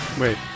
Wait